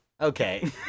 Okay